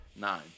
Nine